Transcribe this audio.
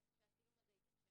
שהצילום הזה יתאפשר.